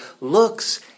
looks